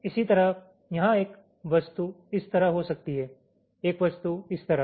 इसी तरह यहां एक वस्तु इस तरह हो सकती है एक वस्तु इस तरह